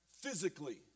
physically